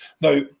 Now